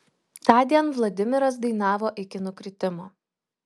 tądien vladimiras dainavo iki nukritimo